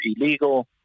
illegal